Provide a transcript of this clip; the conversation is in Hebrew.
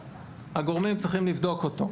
הגורמים צריכים לבדוק אותו,